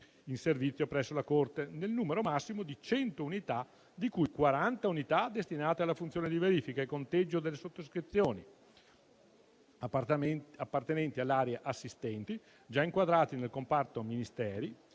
in servizio presso la Corte, nel numero massimo di 100 unità, di cui: 40 unità destinate alla funzione di verifica e conteggio delle sottoscrizioni (appartenenti all'area assistenti già inquadrati nel comparto Ministeri